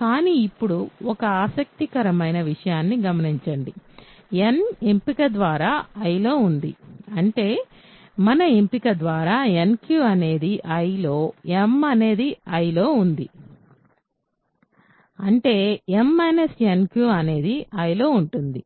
కానీ ఇప్పుడు ఒక ఆసక్తికరమైన విషయాన్ని గమనించండి n ఎంపిక ద్వారా Iలో ఉంది అంటే మన ఎంపిక ద్వారా nq అనేది I లో m అనేది I లో ఉంది అంటే m nq అనేది I లో ఉంటుంది